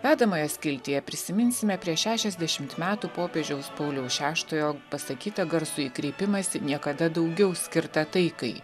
vedamoje skiltyje prisiminsime prieš šešiasdešimt metų popiežiaus pauliaus šeštojo pasakytą garsųjį kreipimąsi niekada daugiau skirtą taikai